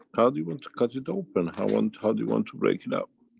how do you want to cut it open how and how do you want to break it up?